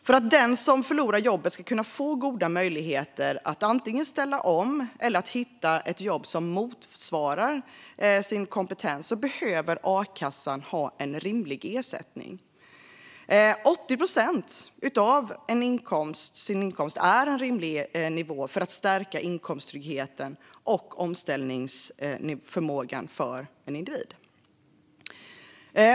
För att den som förlorar jobbet ska kunna få goda möjligheter att antingen ställa om eller hitta ett jobb som motsvarar ens kompetens behöver a-kassan ge en rimlig ersättning. 80 procent av inkomsten är en rimlig nivå för att säkra inkomsttryggheten och omställningsförmågan för individen.